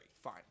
Fine